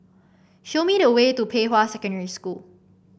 show me the way to Pei Hwa Secondary School